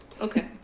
Okay